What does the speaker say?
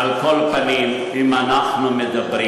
על כל פנים, אם אנחנו מדברים,